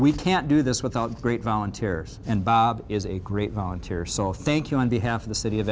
we can't do this without great volunteers and bob is a great volunteer soul think you on behalf of the city of